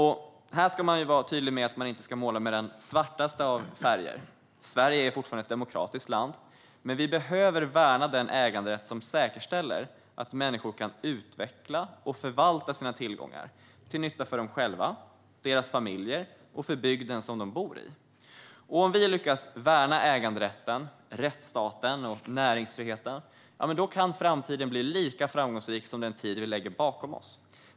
Här ska man vara tydlig med att man inte ska måla med den svartaste av färger. Sverige är fortfarande ett demokratiskt land. Men vi behöver värna den äganderätt som säkerställer att människor kan utveckla och förvalta sina tillgångar till nytta för dem själva, för deras familjer och för bygden som de bor i. Om vi lyckas värna äganderätten, rättsstaten och näringsfriheten kan framtiden bli lika framgångsrik som den tid vi lägger bakom oss.